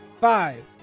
five